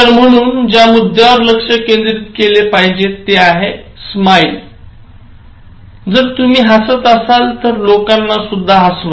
तर म्हणून तुम्ही ज्या मुद्यावर लक्ष केंद्रित केले पाहिजे ते आहे "स्मित" जर तुम्ही हसत असाल तर लोकांनासुद्धा हसवा